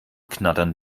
knattern